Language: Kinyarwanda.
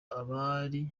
abari